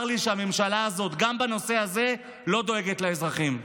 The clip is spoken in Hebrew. צר לי שהממשלה הזאת גם בנושא הזה לא דואגת לאזרחים.